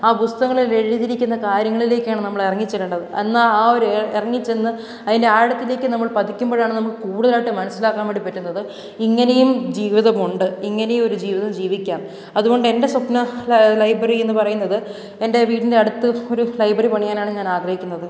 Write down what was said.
ആ പുസ്തകങ്ങളിൽ എഴുതിയിരിക്കുന്ന കാര്യങ്ങളിലേക്കാണ് നമ്മൾ ഇറങ്ങിച്ചെല്ലേണ്ടത് എന്നാൽ ആ ഒരു ഇറങ്ങിച്ചെന്ന് അതിൻ്റെ ആഴത്തിലേക്ക് നമ്മൾ പതിക്കുമ്പോഴാണ് നമുക്ക് കൂടുതലായിട്ട് മനസ്സിലാക്കാൻ വേണ്ടി പറ്റുന്നത് ഇങ്ങനെയും ജീവിതമുണ്ട് ഇങ്ങനെയും ഒരു ജീവിതം ജീവിക്കാം അതുകൊണ്ട് എൻ്റെ സ്വപ്നം ലൈബറീ എന്ന് പറയുന്നത് എൻ്റെ വീടിൻ്റെ അടുത്ത് ഒരു ലൈബറി പണിയാനാണ് ഞാൻ ആഗ്രഹിക്കുന്നത്